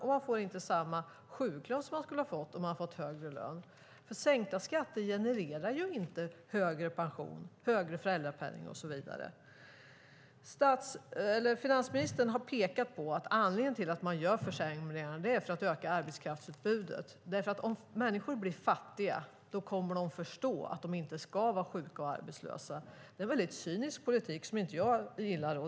Och de får inte samma sjuklön som de skulle ha fått om de hade fått högre lön. Sänkta skatter genererar ju inte högre pension, högre föräldrapenning och så vidare. Finansministern har pekat på att anledningen till att man gör försämringar är att öka arbetskraftsutbudet. Om människor blir fattiga kommer de att förstå att de inte ska vara sjuka och arbetslösa. Det är en väldigt cynisk politik, som inte jag gillar.